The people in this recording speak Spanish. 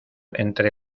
entre